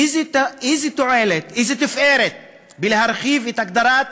איזו תועלת, איזו תפארת בלהרחיב את הגדרת